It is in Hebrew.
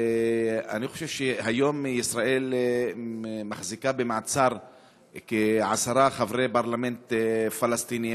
ואני חושב שהיום ישראל מחזיקה במעצר כעשרה חברי פרלמנט פלסטינים,